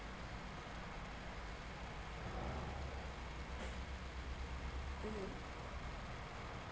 mm